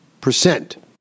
percent